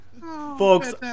Folks